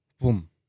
boom